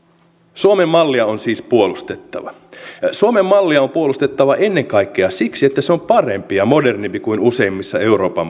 suomen mallia on siis puolustettava suomen mallia on puolustettava ennen kaikkea siksi että se on parempi ja modernimpi kuin useimmissa euroopan